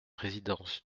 résidence